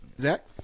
Zach